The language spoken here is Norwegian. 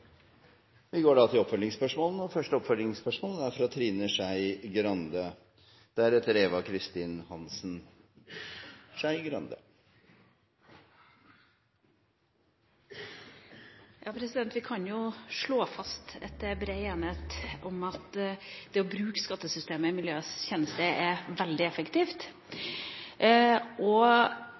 oppfølgingsspørsmål – først Trine Skei Grande. Vi kan jo slå fast at det er bred enighet om at det å bruke skattesystemet i miljøets tjeneste er veldig effektivt, og